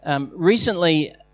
Recently